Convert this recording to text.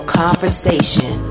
conversation